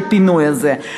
לפינוי הזה.